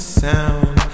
sound